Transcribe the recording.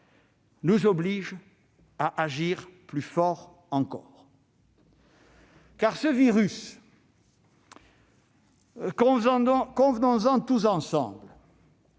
nous oblige à agir plus fortement encore. Car ce virus, convenons-en tous ensemble,